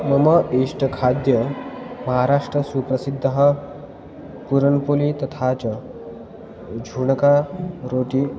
मम इष्टं खाद्यं महाराष्ट्रे सुप्रसिद्धः पुरन्पुली तथा च झूडका रोटि